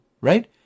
right